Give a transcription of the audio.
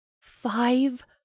Five